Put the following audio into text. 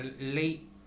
late